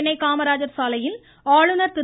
சென்னை காமராஜர் சாலையில் ஆளுநர் திரு